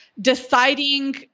deciding